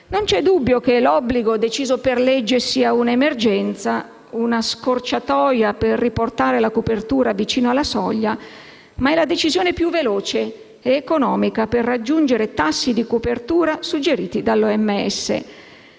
Non c'è dubbio che l'obbligo deciso per decreto-legge sia un'emergenza, una scorciatoia per riportare la copertura vicina alla soglia di sicurezza; ma è la decisione più veloce ed economica per raggiungere i tassi di copertura suggeriti dall'OMS.